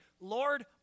Lord